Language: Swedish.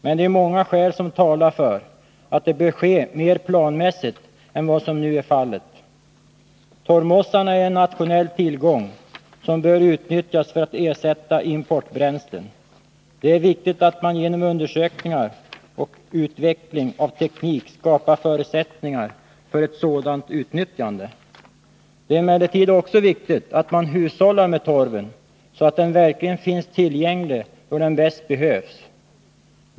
Men många skäl talar för att detta bör ske mer planmässigt än vad som nu är fallet. Torvmossarna är en nationell tillgång, som bör utnyttjas för att ersätta importbränslen. Det är viktigt att man genom undersökningar och utveckling av teknik skapar förutsättningar för ett sådant utnyttjande. Det är emellertid också viktigt att man hushållar med torven så att den verkligen finns tillgänglig då den bäst behövs.